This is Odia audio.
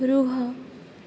ରୁହ